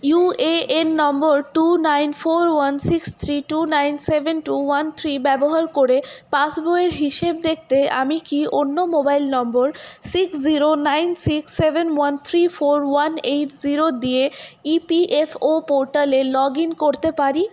UAN নম্বর two nine four one six three two nine seven two one three ব্যবহার করে pass বইয়ের হিসেব দেখতে আমি কি অন্য mobile number six zero nine six seven one three four one eight zero দিয়ে ইপিএফও পোর্টালে লগইন করতে পারি